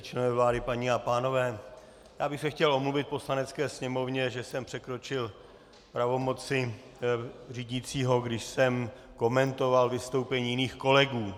Členové vlády, paní a pánové, já bych se chtěl omluvit Poslanecké sněmovně, že jsem překročil pravomoci řídícího, když jsem komentoval vystoupení jiných kolegů.